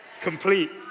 complete